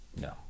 No